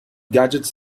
gadgets